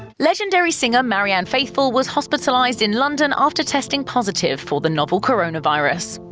legendary singer marianne faithfull was hospitalized in london after testing positive for the novel coronavirus.